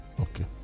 okay